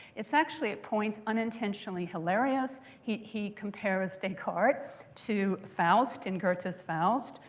it's actually, it points, unintentionally hilarious. he he compares descartes to faust, in goethe's faust,